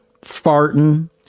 farting